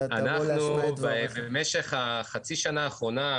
אבל אנחנו לא בקלות ניתן למישהו לפגוע בתעשייה הישראלית.